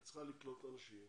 היא צריכה לקלוט אנשים